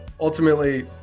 Ultimately